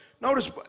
notice